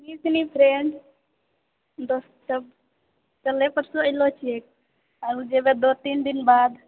नीक नीक फ्रेंड दोस्तसभ छलय परसु अयलओ छियै आब जेबय दो तीन दिन बाद